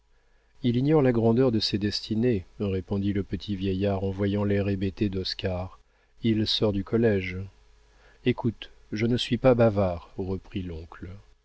il ignore la grandeur de ses destinées répondit le petit vieillard en voyant l'air hébété d'oscar il sort du collége écoute je ne suis pas bavard reprit l'oncle